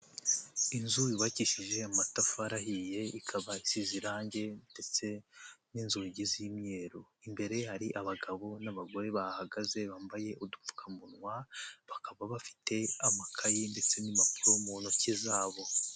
Inzu yubakishije amatafari ahiye ikaba isize irangi ndetse n'inzugi z'imyeru, imbere hari abagabo n'abagore bahagaze, bambaye udupfukamunwa, bakaba bafite amakaye ndetse n'impapuro mu ntoki zabo.